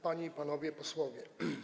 Panie i Panowie Posłowie!